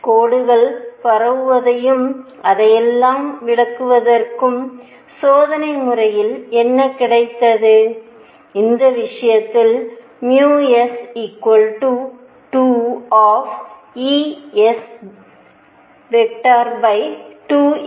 கோடுகள் பரவுவதையும் அதையெல்லாம் விளக்குவதற்கும் சோதனை முறையில் என்ன கிடைத்தது இந்த விஷயத்தில் s 2